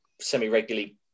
semi-regularly